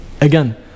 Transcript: again